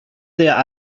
their